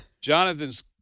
Jonathan's